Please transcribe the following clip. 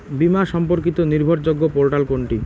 বীমা সম্পর্কিত নির্ভরযোগ্য পোর্টাল কোনটি?